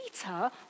Peter